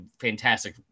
fantastic